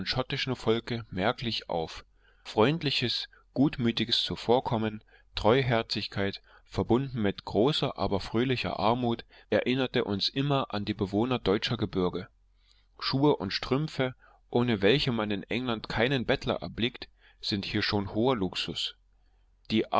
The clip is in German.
schottischen volke merklich auf freundliches gutmütiges zuvorkommen treuherzigkeit verbunden mit großer aber fröhlicher armut erinnerte uns immer an die bewohner deutscher gebirge schuhe und strümpfe ohne welche man in england keinen bettler erblickt sind hier schon hoher luxus die